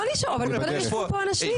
נשארו, אבל יושבים פה אנשים.